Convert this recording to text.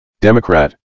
Democrat